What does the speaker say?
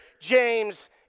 James